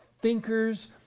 thinkers